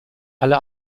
alle